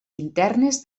internes